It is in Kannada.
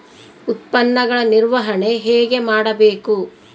ಉತ್ಪನ್ನಗಳ ನಿರ್ವಹಣೆ ಹೇಗೆ ಮಾಡಬೇಕು?